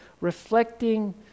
reflecting